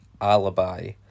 Alibi